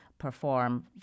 Perform